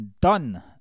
done